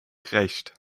recht